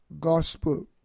gospel